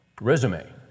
resume